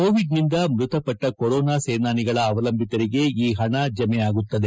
ಕೋವಿಡ್ನಿಂದ ಮೃತಪಟ್ಟ ಕೊರೊನಾ ಸೇನಾನಿಗಳ ಅವಲಂಬಿತರಿಗೆ ಈ ಪಣ ಜಮೆ ಆಗುತ್ತವೆ